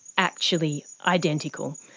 actually identical.